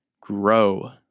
grow